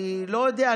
אני לא יודע,